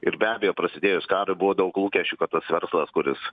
ir be abejo prasidėjus karui buvo daug lūkesčių kad tas verslas kuris